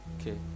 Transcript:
Okay